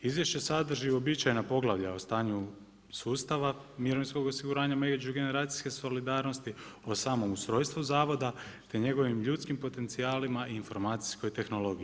Izvješće sadrži uobičajena poglavalja o stanju sustava, mirovinskog osiguranja međugeneracijske solidarnosti, o samom ustrojstvu zavoda, te njegovim ljudskim potencijalima i informacijskoj tehnologiji.